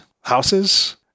houses